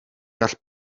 gall